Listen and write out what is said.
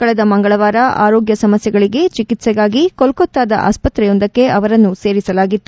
ಕಳೆದ ಮಂಗಳವಾರ ಆರೋಗ್ಯ ಸಮಸ್ಥೆಗಳಗೆ ಚಿಕಿತ್ಸೆಗಾಗಿ ಕೊಲ್ಲತ್ತಾದ ಆಸ್ಪತ್ರೆಯೊಂದಕ್ಕೆ ಅವರನ್ನು ಸೇರಿಸಲಾಗಿತ್ತು